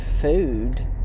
food